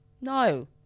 No